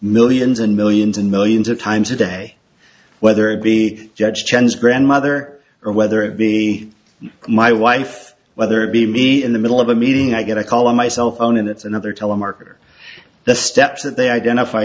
millions and millions and millions of times a day whether it be judged chen's grandmother or whether it be my wife whether it be me in the middle of a meeting i get a call on my cell phone and it's another telemarketer the steps that they identify